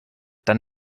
dann